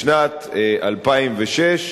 בשנת 2006,